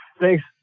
Thanks